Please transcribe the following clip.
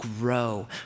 grow